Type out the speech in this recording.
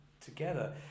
Together